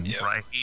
Right